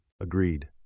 Agreed